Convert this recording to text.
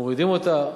אנחנו מורידים אותה,